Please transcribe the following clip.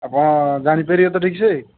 ଆପଣ ଜାଣି ପାରିବେ ତ ଠିକ୍ ସେ